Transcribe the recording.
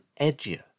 edgier